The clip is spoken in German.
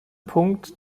punkt